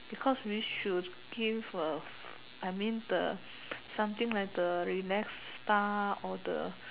because we should give A I mean the something like the relax stuff or the